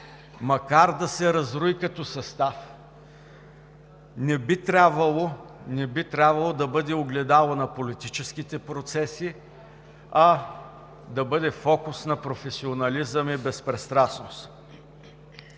макар да се разстрои като състав, не би трябвало да бъде огледало на политическите процеси, а да бъде фокус на професионализъм и безпристрастност.